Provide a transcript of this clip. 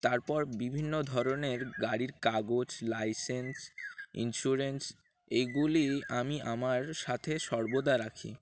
তারপর বিভিন্ন ধরনের গাড়ির কাগজ লাইসেন্স ইন্স্যুরেন্স এইগুলি আমি আমার সাথে সর্বদা রাখি